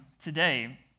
today